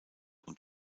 und